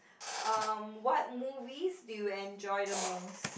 um what movies do you enjoy the most